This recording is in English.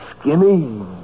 skinny